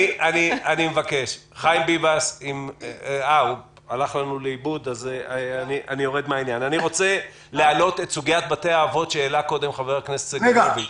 אני רוצה להעלות את סוגיית בתי האבות שהעלה קודם חבר הכנסת סגלוביץ'.